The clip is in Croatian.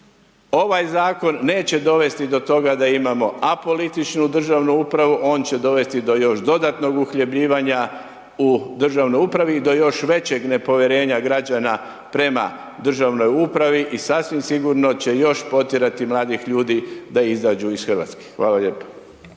Ovaj zakon neće dovesti do toga da imamo apolitičnu državnu upravu, on će dovesti do još dodatnog uhljebljivanja u državnoj upravi i do još većeg nepovjerenja građana prema državnoj upravi i sasvim sigurno će još potjerati mladih ljudi da izađu iz Hrvatske. Hvala lijepa.